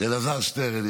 אלעזר שטרן.